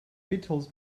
beatles